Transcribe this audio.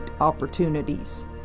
opportunities